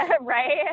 Right